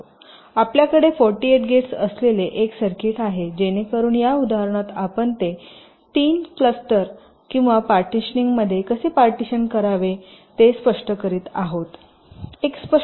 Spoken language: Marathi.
आपल्याकडे 48 गेट्स असलेले एक सर्किट आहे जेणेकरून या उदाहरणात आपण ते 3 क्लस्टर किंवा पार्टीशनिंग मध्ये कसे पार्टीशन करावे ते स्पष्ट करीत आहोत